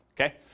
Okay